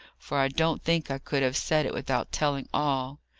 for i don't think i could have said it without telling all.